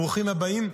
ברוכים הבאים,